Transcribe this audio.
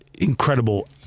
incredible